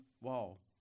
wall